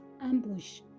ambush